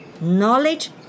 Knowledge